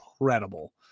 incredible